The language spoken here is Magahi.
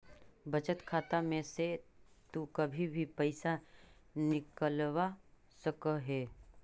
बचत खाता में से तु कभी भी पइसा निकलवा सकऽ हे